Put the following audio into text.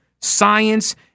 science